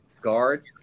Guard